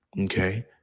okay